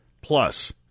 plus